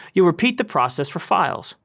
you repeat the process for files,